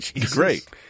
great